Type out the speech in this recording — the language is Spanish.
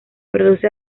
produce